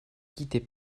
quittait